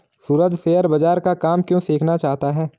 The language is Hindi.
सूरज शेयर बाजार का काम क्यों सीखना चाहता है?